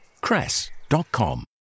cress.com